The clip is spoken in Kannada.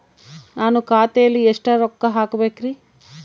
ನಾನು ಖಾತೆಯಲ್ಲಿ ಎಷ್ಟು ರೊಕ್ಕ ಹಾಕಬೇಕ್ರಿ?